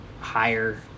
higher